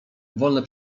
wolne